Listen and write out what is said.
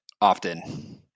Often